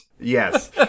Yes